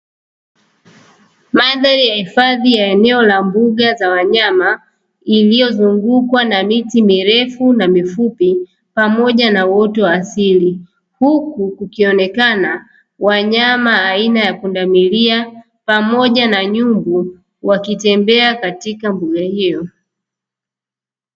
Mandhari ya hifadhi ya eneo la mbuga za wanyama iliyozungukwa na miti mirefu na mifupi, pamoja na uoto wa asili huku kukionekana wanyama aina ya pundamilia pamoja na nyumbu wakitembea katika mbuga hiyo.